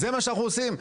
זה מה שאנחנו עושים,